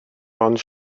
ond